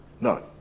No